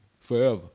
Forever